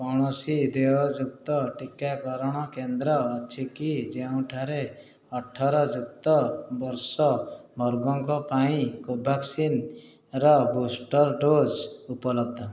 କୌଣସି ଦେୟଯୁକ୍ତ ଟିକାକରଣ କେନ୍ଦ୍ର ଅଛି କି ଯେଉଁଠାରେ ଅଠର ଯୁକ୍ତ ବର୍ଷ ବର୍ଗଙ୍କ ପାଇଁ କୋଭ୍ୟାକ୍ସିନ୍ର ବୁଷ୍ଟର୍ ଡ଼ୋଜ୍ ଉପଲବ୍ଧ